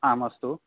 आम् अस्तु